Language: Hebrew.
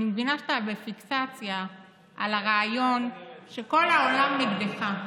אני מבינה שאתה בפיקסציה על הרעיון שכל העולם נגדך.